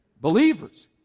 Believers